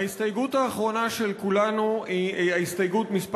ההסתייגות האחרונה של כולנו היא הסתייגות מס'